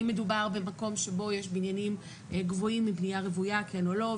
אם מדובר במקום שבו יש בניינים גבוהים לבנייה רוויה או לא,